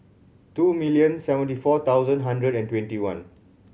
two million seventy four thousand hundred and twenty one